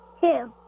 Two